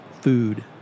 food